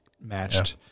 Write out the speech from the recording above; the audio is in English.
matched